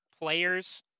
players